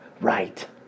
right